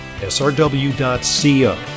srw.co